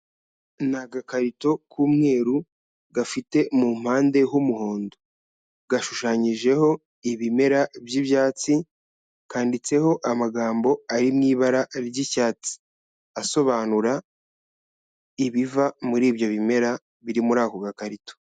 Ni agakarito k'umweru gafite mu mpande h'umuhondo. Gashushanyijeho ibimera by'ibyatsi, kanditseho amagambo ari mu ibara ry'icyatsi. Asobanura, ibiva muri ibyo bimera biri muri ako gakarito.